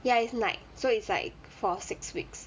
ya it's night so it's like for six weeks